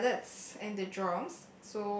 the mallets and the drums